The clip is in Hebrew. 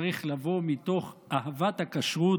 צריך לבוא מתוך אהבת הכשרות,